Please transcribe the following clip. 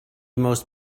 most